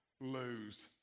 lose